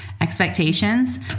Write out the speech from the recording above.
expectations